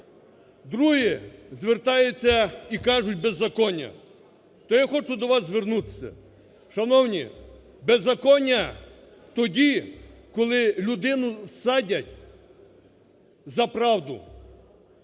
Другі звертаються і кажуть: беззаконня. То я хочу до вас звернутися. Шановні, беззаконня тоді, коли людину садять за правду,